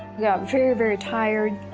yeah very, very tired,